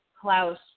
Klaus